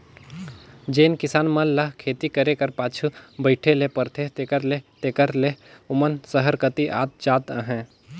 जेन किसान मन ल खेती करे कर पाछू बइठे ले परथे तेकर ले तेकर ले ओमन सहर कती आत जात अहें